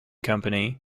company